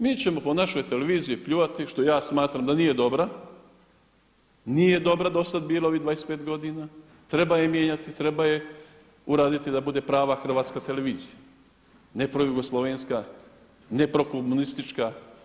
Mi ćemo po našoj Televiziji pljuvati što ja smatram da nije dobra, nije dobra do sada bila ovih 25 godina, treba je mijenjati, treba je uraditi da bude prava hrvatska Televizija, ne projugoslavenska, ne prokomunistička.